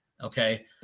okay